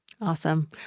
Awesome